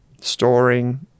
storing